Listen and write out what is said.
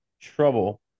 trouble